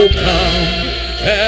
come